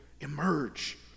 emerge